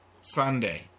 Sunday